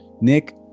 Nick